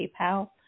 PayPal